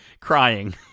crying